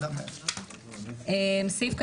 נכון, יושב-ראש הוועדה המייעצת.